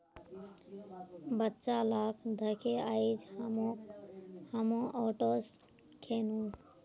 बच्चा लाक दखे आइज हामो ओट्स खैनु